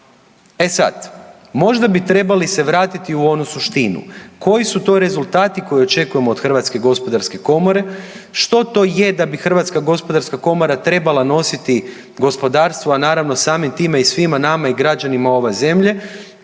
E sad, možda bi trebali se vratiti u onu suštinu koji su to rezultati koje očekujemo od Hrvatske gospodarske komore? Što to je da bi Hrvatska gospodarska komora trebala nositi gospodarstvo, a naravno samim time i svima nama i građanima ove zemlje